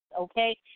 okay